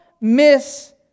miss